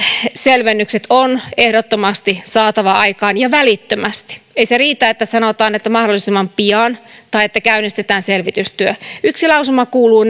selvennykset on ehdottomasti saatava aikaan ja välittömästi ei se riitä että sanotaan että mahdollisimman pian tai että käynnistetään selvitystyö yksi lausuma kuuluu